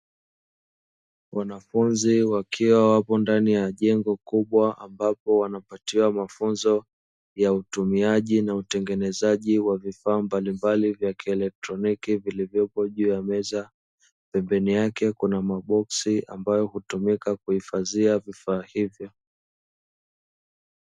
Wanafunzi wakiwa wapo ndani ya jengo kubwa ambapo wanapatiwa mafunzo ya utumiaji na utengenezaji wa vifaa mbalimbali vya kielektroniki vilivyopo juu ya meza, pembeni yake kuna maboxsi ambayo hutumika kuhifadhia vifaa hivyo.